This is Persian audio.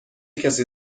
کسی